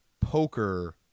poker